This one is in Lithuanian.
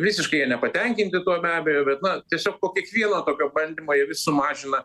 visiškai jie nepatenkinti tuo be abejo bet na tiesiog po kiekvieno tokio bandymo jie vis sumažina